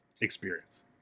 experience